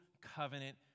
covenant